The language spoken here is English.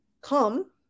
come